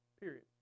Period